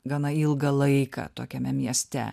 gana ilgą laiką tokiame mieste